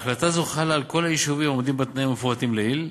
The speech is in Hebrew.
החלטה זו חלה על כל היישובים העומדים בתנאים המפורטים לעיל.